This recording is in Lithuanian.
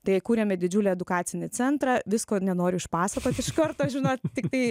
tai kuriame didžiulį edukacinį centrą visko nenoriu išpasakot iš karto žinot tiktai